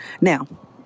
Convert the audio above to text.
Now